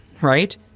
right